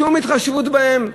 שום התחשבות בהם?